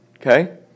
Okay